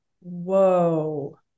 Whoa